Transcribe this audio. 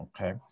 Okay